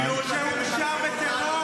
היחיד שמורשע בטרור.